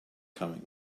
coming